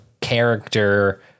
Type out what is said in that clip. character